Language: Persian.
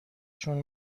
شون